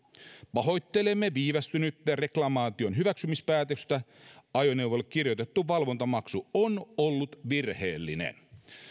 pahoittelemme viivästynyttä reklamaation hyväksymispäätöstä ajoneuvolle kirjoitettu valvontamaksu on ollut virheellinen